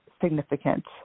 significant